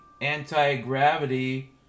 anti-gravity